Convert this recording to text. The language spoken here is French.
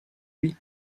lui